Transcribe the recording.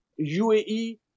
UAE